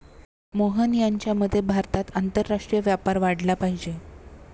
मोहन यांच्या मते भारतात आंतरराष्ट्रीय व्यापार वाढला पाहिजे